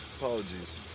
Apologies